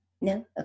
No